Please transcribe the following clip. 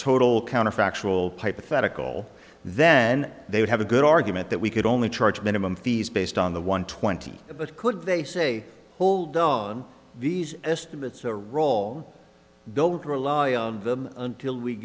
total counterfactual hypothetical then they would have a good argument that we could only charge minimum fees based on the one twenty but could they say hold on these estimates a roll of them until we